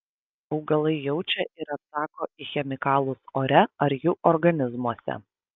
augalai jaučia ir atsako į chemikalus ore ar jų organizmuose